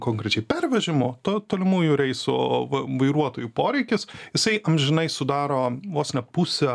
konkrečiai pervežimo to tolimųjų reisų vairuotojų poreikis jisai amžinai sudaro vos ne pusę